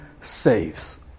saves